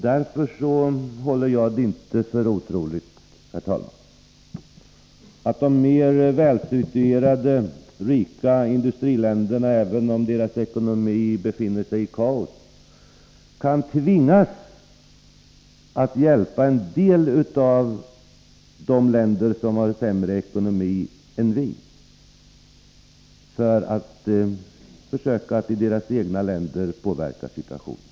Därför håller jag det inte för otroligt, herr talman, att de mer välsituerade industriländerna, de rika länderna, även om deras ekonomier är i kaos, kan tvingas att hjälpa en del av de länder som har sämre ekonomier än vi för att försöka att i sina egna länder påverka situationen.